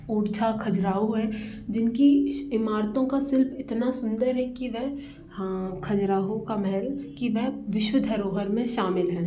ओरछा खजुराहो है जिनकी इमारतों का शिल्प इतना सुन्दर है कि वह हाँ खजुराहो का महल कि वह विश्व धरोहर में शामिल हैं